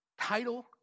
title